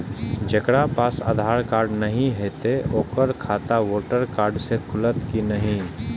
जकरा पास आधार कार्ड नहीं हेते ओकर खाता वोटर कार्ड से खुलत कि नहीं?